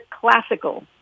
classical